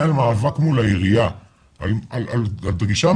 מממן את זה והעירייה אחראית על זה,